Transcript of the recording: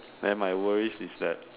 then my worries is that